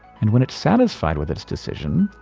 and when it's satisfied with its decision,